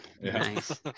nice